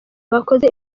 bakoze